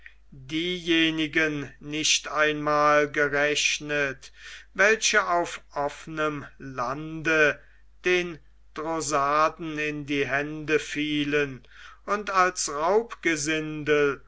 diejenigen nicht einmal gerechnet welche auf offnem lande den drossaarten in hände fielen und als